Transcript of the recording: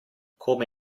come